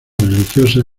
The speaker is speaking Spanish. religiosa